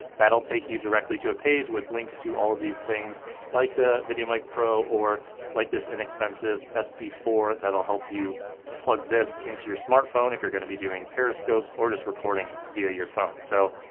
that'll take you directly to a page with links to all of these things like the videomic pro or like this inexpensive s c four that'll help you plug this into your smartphone if you're going to be doing periscopes or just recording via your phone. so,